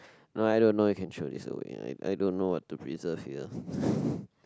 no I don't know you can throw this away I I don't know what to preserve here